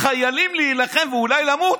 חיילים להילחם ואולי למות.